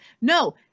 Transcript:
No